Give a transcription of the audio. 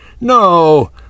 No